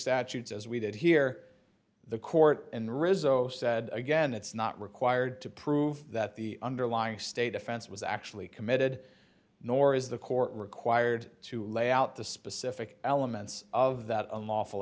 statutes as we did here the court in rizzo said again it's not required to prove that the underlying state offense was actually committed nor is the court required to lay out the specific elements of that unlawful